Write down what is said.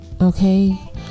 Okay